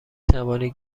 توانید